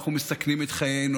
אנחנו מסכנים את חיינו,